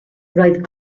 roedd